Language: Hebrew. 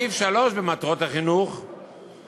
בסעיף (3) במטרות החינוך כתוב: